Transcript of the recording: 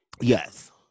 Yes